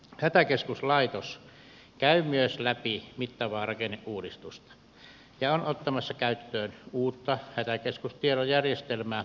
hätäkeskuslaitos käy myös läpi mittavaa rakenneuudistusta ja on ottamassa käyttöön uutta hätäkeskustietojärjestelmää ericaa